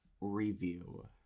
Review